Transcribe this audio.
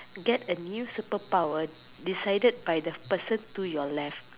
get a new super power decided by the person to your left